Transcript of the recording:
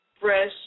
fresh